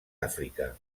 àfrica